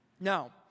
Now